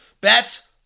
bets